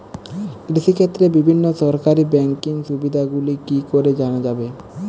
কৃষিক্ষেত্রে বিভিন্ন সরকারি ব্যকিং সুবিধাগুলি কি করে জানা যাবে?